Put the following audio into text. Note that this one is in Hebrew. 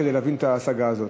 כדי להבין את ההשגה הזאת.